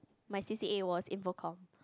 my C_C_A was infocomm